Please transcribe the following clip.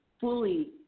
fully